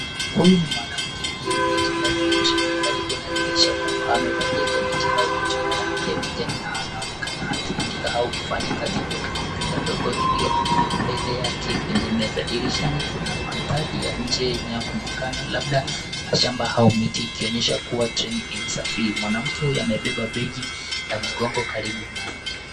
Huyu ni mwanamke aliyeketi ndani ya treni karibu na dirisha kubwa. Amevalia jaketi au koti la rangi ya kijani na anaonekana akiandika au akifanya kazi kwenye kompyuta ndogo iliyo mbele yake kwenye meza. Dirishani kuna mandhari ya nje inayoonekana labda mashamba au miti ikionyesha kuwa treni inasafiri. Mwanamke huyu amebeba begi la mgongo karibu naye.